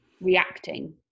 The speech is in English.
reacting